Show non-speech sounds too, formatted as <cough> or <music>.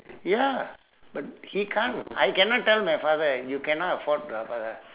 ya but he can't I cannot tell my father eh you cannot afford <noise>